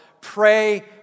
Pray